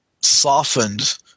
softened